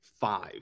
five